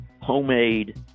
homemade